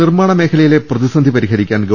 നിർമ്മാണ മേഖലയിലെ പ്രതിസന്ധി പരിഹരിക്കാൻ ഗവ